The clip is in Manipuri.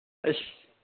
ꯑꯩꯁ